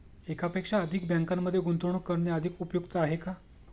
एकापेक्षा अधिक बँकांमध्ये गुंतवणूक करणे अधिक उपयुक्त आहे का?